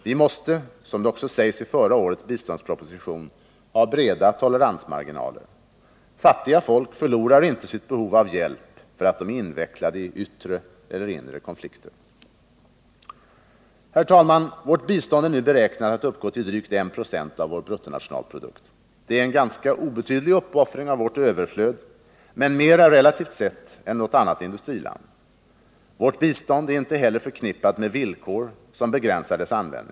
Vi måste — som det också sägs i förra årets biståndsproposition — ha breda toleransmarginaler. Fattiga folk förlorar inte sitt behov av hjälp för att de är invecklade i yttre eller inre konflikter. Herr talman! Vårt bistånd är nu beräknat att uppgå till drygt 1 96 av vår bruttonationalprodukt. Det är en ganska obetydlig uppoffring av vårt överflöd men mera, relativt sett, än något annat industriland. Vårt bistånd är inte heller förknippat med villkor som begränsar dess användning.